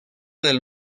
del